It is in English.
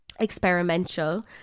experimental